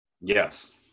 Yes